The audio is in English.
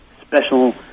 special